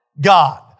God